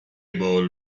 ball